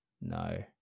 No